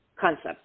concept